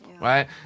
right